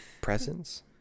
presents